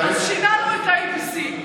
שיננו את ה-ABC,